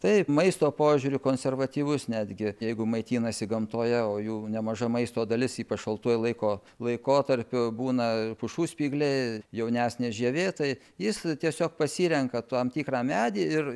taip maisto požiūriu konservatyvus netgi jeigu maitinasi gamtoje o jų nemaža maisto dalis ypač šaltuoju laiko laikotarpiu būna pušų spygliai jaunesnė žievė tai jis tiesiog pasirenka tam tikrą medį ir